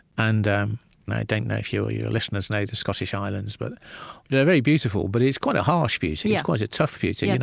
and um and i don't know if your your listeners know the scottish islands, but they're very beautiful, but it's quite a harsh beauty it's yeah quite a tough beauty. and